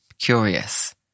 curious